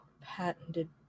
patented